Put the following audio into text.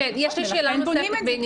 לכן בונים את זה.